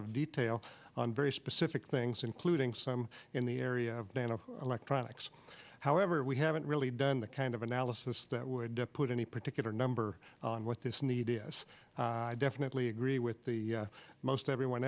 of detail on very specific things including some in the area of band of electronics however we haven't really done the kind of analysis that would put any particular number on what this need is i definitely agree with the most everyone